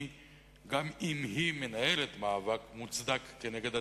גם אם היא מנהלת מאבק מוצדק כנגד הטרור,